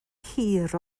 hir